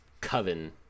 coven